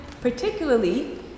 particularly